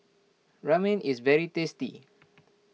Ramen is very tasty